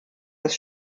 des